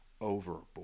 overboard